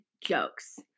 jokes